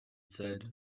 said